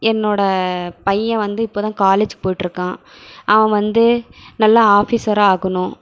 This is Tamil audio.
என்னோடய பையன் வந்து இப்போதான் காலேஜ் போயிட்டுருக்கான் அவன் வந்து நல்லா ஆஃபீஸராக ஆகணும்